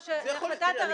או שלהחלטת הרשות?